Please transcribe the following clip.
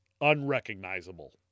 unrecognizable